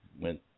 went